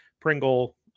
Pringle